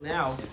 Now